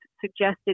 suggested